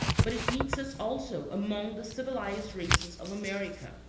but it meets us also among the civilized races of america.